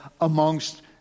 amongst